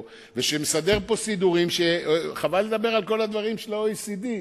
ומסדר סידורים שחבל לדבר על כל הדברים של ה-OECD,